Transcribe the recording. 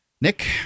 Nick